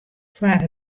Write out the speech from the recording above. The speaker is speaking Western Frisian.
foar